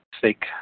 fake